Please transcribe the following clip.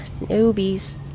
newbies